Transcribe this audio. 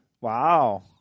Wow